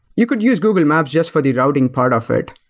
you could use google maps just for the routing part of it,